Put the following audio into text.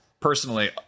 Personally